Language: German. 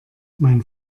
mein